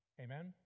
Amen